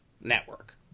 Network